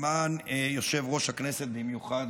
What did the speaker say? למען יושב-ראש הכנסת במיוחד,